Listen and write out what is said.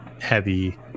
heavy